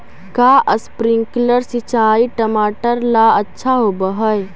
का स्प्रिंकलर सिंचाई टमाटर ला अच्छा होव हई?